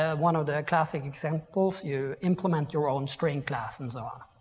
ah one of the classic example, you implement your own string class and so on,